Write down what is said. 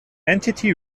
entity